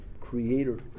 creator